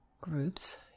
groups